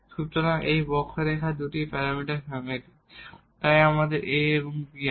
সুতরাং এটি কার্ভ এর দুটি প্যারামিটার ফ্যামিলি তাই আমাদের a এবং b আছে